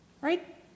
Right